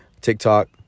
TikTok